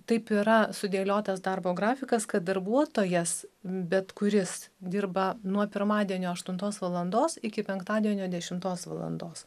taip yra sudėliotas darbo grafikas kad darbuotojas bet kuris dirba nuo pirmadienio aštuntos valandos iki penktadienio dešimtos valandos